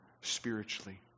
spiritually